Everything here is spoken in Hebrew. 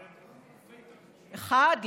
אחד,